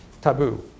taboo